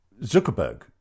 Zuckerberg